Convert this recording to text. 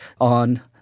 on